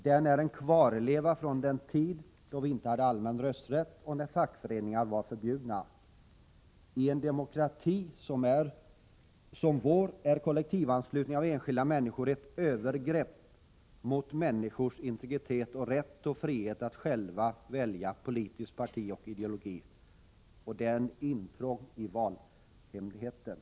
Den är en kvarleva från den tid då vi inte hade allmän rösträtt och när fackföreningar var förbjudna. I en demokrati som vår är kollektivanslutning av enskilda individer ett övergrepp mot människors integritet och rätt och frihet att själva välja politiskt parti och ideologi. Och den är ett intrång i valhemligheten.